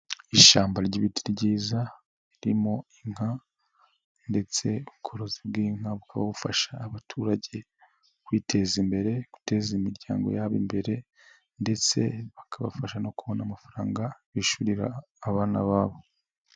Ishyamba ry'ibiti ryiza birimo inka ndetse ubworozi bw'inka bwo bufasha abaturage kwiteza imbere, guteza imiryango yabo imbere, ndetse bakabafasha no kubona amafaranga bishyurira abana babo.